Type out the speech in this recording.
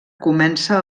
comença